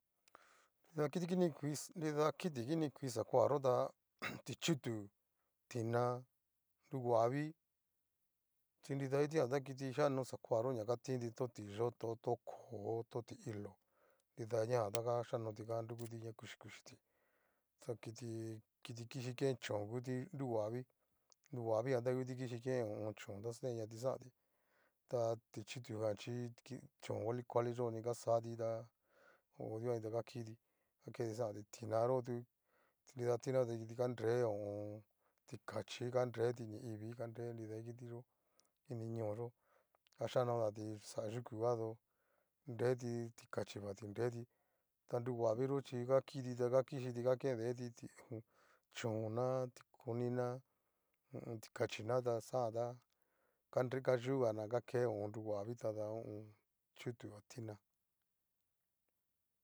Nrida kitikinikui, nrida kiti kinikui xakoayó tá ti'chutu, tina, nonguavii, chi nida kitijan ta xhikanoti xakoayo ña tinti to ti'yoto, to koó, to ti'ilo, nrida kitijan a achikanoti nanrukuti ña kuxhiti, ta kixhi kixhi ken chón nguti noguavii, noguaviijan ngu kiti kixhí ken ho o on. chón ta neñati xanti, ta ti'chutu jan chí chón kuali kuali yo'o ni gaxati ta odikani ngakiti, gaketi xanti tinayo tu nida tinayo ga nre ho o on. tikachí ngareti ñaivii nga nre nida kitiyó ini ñoyo'o, ga xhianotanto xa yuku ka tu, nreti tikachi va tikachivati nreti, ta noguavii yo'o chí nga kiti ta ngakixhiti ta nga kixhiti kendeti, chón'na, tikachina, ta xanja tá ngayugana ke nioguavii tada ho o on. ti chutu a tina.